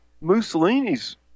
Mussolini's